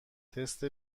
تست